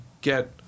get